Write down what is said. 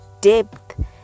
depth